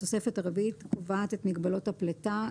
התוספת הרביעית קובעת את מגבלות הפליטה.